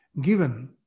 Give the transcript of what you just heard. given